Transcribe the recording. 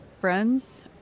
friends